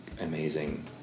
amazing